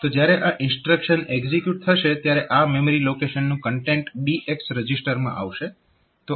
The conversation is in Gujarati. તો જ્યારે આ ઇન્સ્ટ્રક્શન એકઝીક્યુટ થશે ત્યારે આ મેમરી લોકેશનનું કન્ટેન્ટ BX રજીસ્ટરમાં આવશે